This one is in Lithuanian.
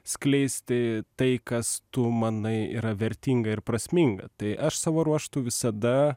skleisti tai kas tu manai yra vertinga ir prasminga tai aš savo ruožtu visada